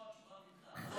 אני רוצה לשמוע תשובה ממך.